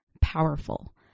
powerful